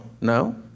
No